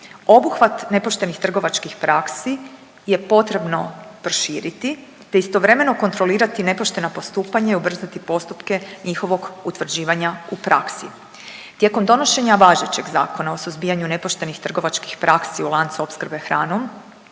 Obuhvat nepoštenih trgovačkih praksi je potrebno proširiti, te istovremeno kontrolirati nepoštena postupanja i ubrzati postupke njihovog utvrđivanja u praksi. Tijekom donošenja važećeg Zakona o suzbijanju nepoštenih trgovačkih praksi u lancu opskrbe hranom